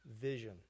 vision